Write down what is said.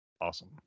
awesome